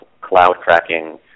cloud-cracking